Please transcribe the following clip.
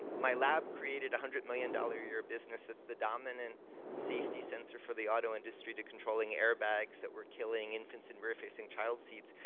my lab created a one hundred million-dollar-a-year business that's the dominant safety sensor for the auto industry to controlling airbags that were killing infants in rear-facing child seats.